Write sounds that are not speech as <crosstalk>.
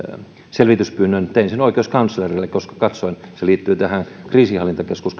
selvityspyynnön tein sen oikeuskanslerille se liittyi kriisinhallintakeskus <unintelligible>